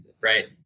right